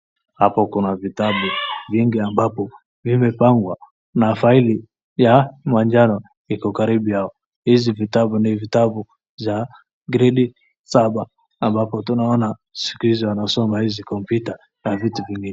Hapo kuna vitabu vingi ambapo vimepangwa na faili ya manjano iko karibu yao. Hizi vitabu ni vitabu za gredi saba ambapo tunaona siku hizi wanasoma hizi kompyuta na vitu vingine.